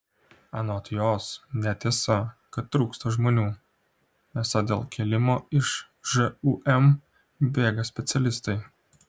anot jos netiesa kad trūksta žmonių esą dėl kėlimo iš žūm bėga specialistai